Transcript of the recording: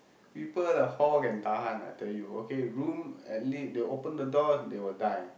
people the hall can tahan I tell you okay room at le~ they open the door they will die